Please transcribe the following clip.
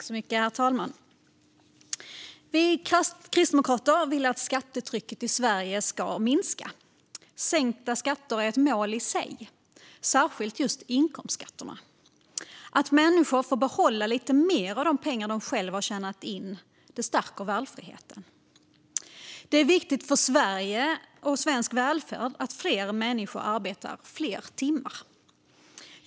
Herr talman! Vi kristdemokrater vill att skattetrycket i Sverige ska minska. Sänkta skatter är ett mål i sig, särskilt just inkomstskatterna. Att människor får behålla lite mer av de pengar de själva har tjänat in stärker valfriheten. Det är viktigt för Sverige och svensk välfärd att fler människor arbetar fler timmar.